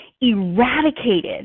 eradicated